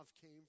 came